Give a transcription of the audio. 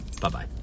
Bye-bye